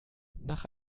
nach